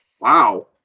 Wow